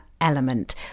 element